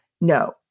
no